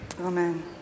Amen